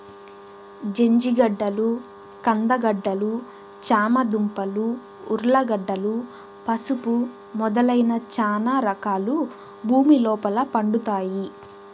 జంజిగడ్డలు, కంద గడ్డలు, చామ దుంపలు, ఉర్లగడ్డలు, పసుపు మొదలైన చానా రకాలు భూమి లోపల పండుతాయి